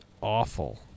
awful